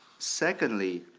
secondly,